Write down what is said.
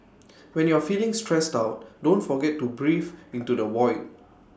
when you are feeling stressed out don't forget to breathe into the void